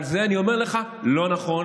על זה אני אומר לך: לא נכון.